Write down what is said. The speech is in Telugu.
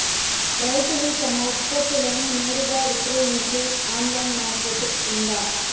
రైతులు తమ ఉత్పత్తులను నేరుగా విక్రయించే ఆన్లైను మార్కెట్ ఉందా?